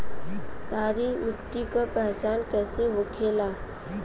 सारी मिट्टी का पहचान कैसे होखेला?